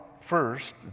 first